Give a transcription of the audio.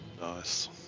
Nice